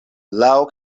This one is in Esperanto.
laŭ